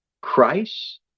Christ